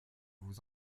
vous